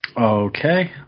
Okay